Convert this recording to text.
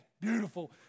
beautiful